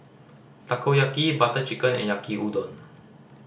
Takoyaki Butter Chicken and Yaki Udon